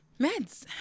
meds